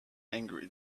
angry